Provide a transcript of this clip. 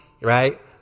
right